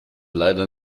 leider